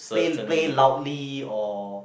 play play loudly or